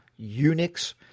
Unix